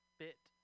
bit